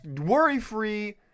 worry-free